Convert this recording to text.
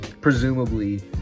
presumably